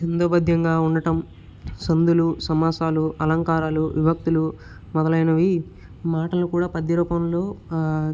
చందో పద్యంగా ఉండటం సంధులు సమాసాలు అలంకారాలు విభక్తులు మొదలైనవి మాటలు కూడా పద్య రూపంలో